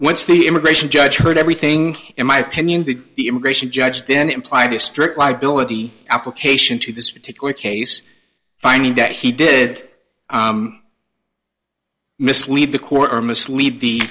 once the immigration judge heard everything in my opinion the immigration judge then implied a strict liability application to this particular case finding that he did mislead the court or mislead the